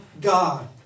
God